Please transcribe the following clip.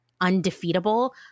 undefeatable